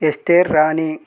Esther Rani